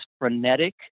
frenetic